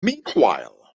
meanwhile